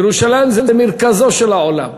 ירושלים זה מרכזו של העולם.